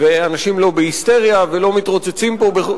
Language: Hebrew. ואנשים לא בהיסטריה ולא מתרוצצים פה, בגלל